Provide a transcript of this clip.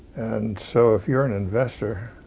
and so if you're an investor,